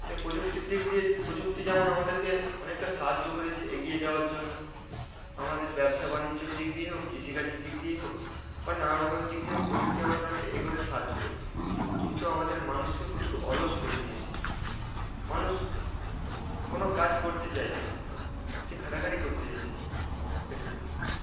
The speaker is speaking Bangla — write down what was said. তাই প্রযুক্তির দিক দিয়ে প্রযুক্তি যেমন আমাদেরকে অনেকটা সাহায্য করেছে এগিয়ে যাওয়ার জন্য আমাদের ব্যবসা বাণিজ্যর দিক দিয়ে হোক কৃষিকাজের দিক দিয়েই হোক বা নানা রকমের দিক দিয়ে হোক প্রযুক্তি আমাদের অনেকটা এগোতে সাহায্য করেছে কিন্তু আমাদের মানুষকে প্রচুর অলস করে দিয়েছে মানুষ কোনো কাজ করতে চাইছে না বেশি খাটাখাটি করতে চাইছে না এটুকুই